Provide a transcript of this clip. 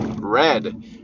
Red